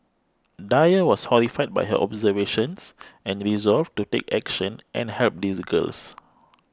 Dyer was horrified by her observations and resolved to take action and help these girls